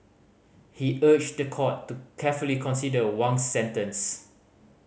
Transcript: he urged the court to carefully consider Wang's sentence